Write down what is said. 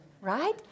right